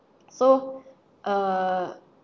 so err